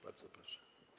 Bardzo proszę.